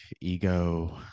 ego